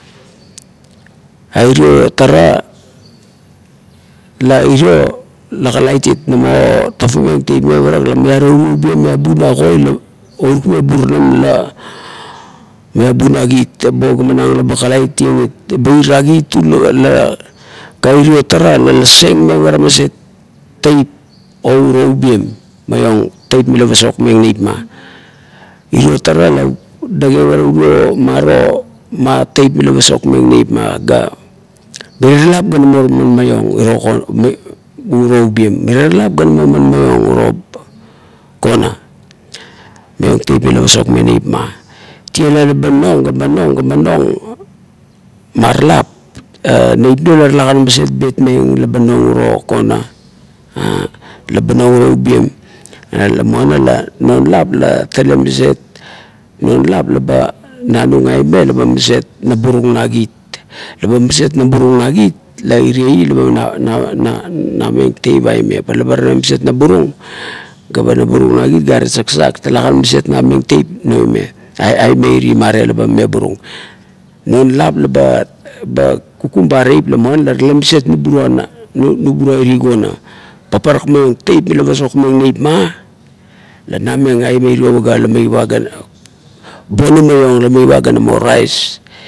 A irio tara, la irio la kalait it namo tafameng teip me tarak la miaro uri ubien miabu na koi la orukmeng burunam la meabu na kit, eba ogamenang la kalaitieng it, eba ira kit,"er la"ga irio tar la laseng meng are maset. Teip o uro ubien maiong teip mila pasokmeng neip ma. Irio tara la demira urio maro ma teip mila pasokmeng neip ma ga mirie lap la namo man maiong uro kon urio ubien mirie lap la namo man maiong iro kona maiong teip mila pasokmeng neip ma, tie la ba nong la ba nong man lop neip nuo la talakan maset bet meng la ba nong uro kona "a"laba nong oro ubien la muana la non lap la tale maset naburung na kit la ba maset naburung na kit irio i la ba na meng teip nime laba talekang maset naburung na kit gare saksak irio talakan na meng teip aime aime iri mane la ba naburung non lap la ba kukumeng teip muana la tale maset nuburua iri kona. Paparak maiong teip mila pasokmeng neip ma la na meng aime irio paga la meiva bonim maiong la meiva gano mo rais.